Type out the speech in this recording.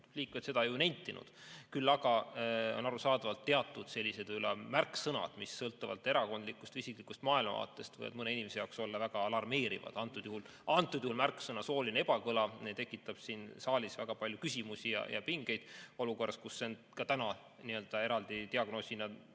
on seda ka nentinud. Küll aga on arusaadavalt teatud sellised märksõnad, mis sõltuvalt erakondlikust või isiklikust maailmavaatest võivad mõne inimese jaoks olla väga alarmeerivad. Antud juhul tekitab märksõna "sooline ebakõla" siin saalis väga palju küsimusi ja pingeid olukorras, kus see on ka täna eraldi diagnoosinina